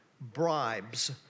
bribes